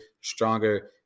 stronger